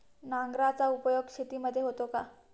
नांगराचा उपयोग शेतीमध्ये होतो का?